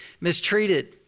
mistreated